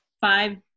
five